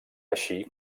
així